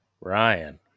ryan